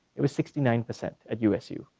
it was sixty nine percent at usu.